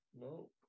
No